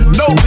no